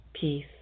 Peace